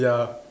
ya